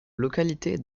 localités